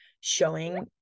showing